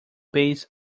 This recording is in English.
base